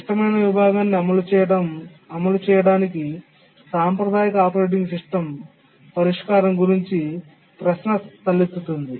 క్లిష్టమైన విభాగాన్ని అమలు చేయడానికి సాంప్రదాయ ఆపరేటింగ్ సిస్టమ్ పరిష్కారం గురించి ప్రశ్న తలెత్తుతుంది